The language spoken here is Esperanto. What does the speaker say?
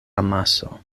amaso